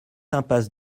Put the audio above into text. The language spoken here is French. impasse